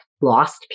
lost